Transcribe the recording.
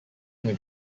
may